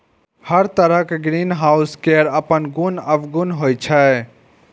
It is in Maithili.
हर तरहक ग्रीनहाउस केर अपन गुण अवगुण होइ छै